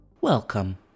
Welcome